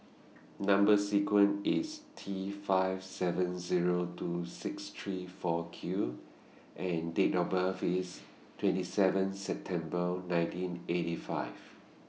Number sequence IS T five seven Zero two six three four Q and Date of birth IS twenty seven September nineteen eighty five